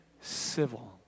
civil